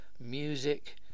music